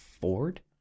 Ford